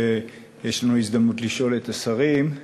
שיש לנו הזדמנות לשאול את השרים.